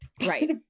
Right